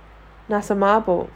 மோசமாபோகும்:mosama pogum